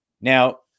Now